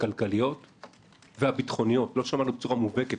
הכלכליות והביטחוניות לא שמענו בצורה מובהקת,